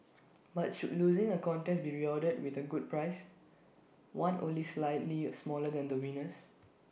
but should losing A contest be rewarded with A good prize one only slightly smaller than the winner's